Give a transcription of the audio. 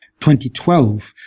2012